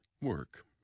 Work